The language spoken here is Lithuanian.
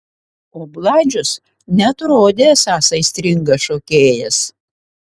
o bladžius neatrodė esąs aistringas šokėjas